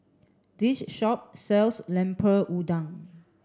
this shop sells Lemper Udang